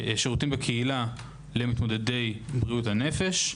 שירותים בקהילה למתמודדי בריאות הנפש.